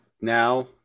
now